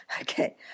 Okay